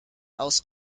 aus